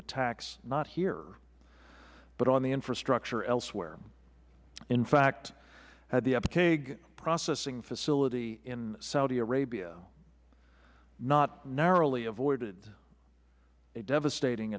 attacks not here but on the infrastructure elsewhere in fact had the abqaiq processing facility in saudi arabia not narrowly avoided a devastating